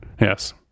yes